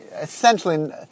essentially